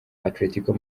atletico